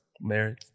Married